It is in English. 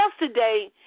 yesterday